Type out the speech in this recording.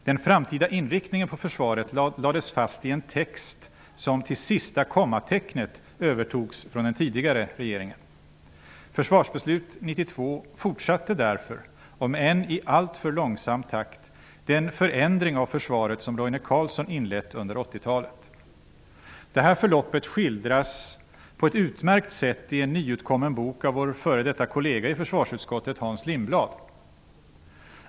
Den framtida inriktningen av försvaret lades fast i en text som till sista kommatecknet övertogs från den tidigare regeringen. Försvarsbeslut 92 fortsatte därför -- om än i alltför långsam takt -- den förändring av försvaret som Roine Carlsson inlett under 80-talet. Det här förloppet skildras på ett utmärkt sätt i en nyutkommen bok av vår f.d. kollega i försvarsutskottet Hans Lindblad.